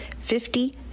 fifty